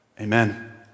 Amen